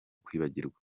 kwibagirwa